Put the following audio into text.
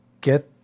get